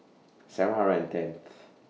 seven hundred and tenth